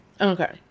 Okay